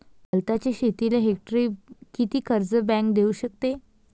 वलताच्या शेतीले हेक्टरी किती कर्ज बँक देऊ शकते?